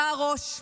אתה הראש,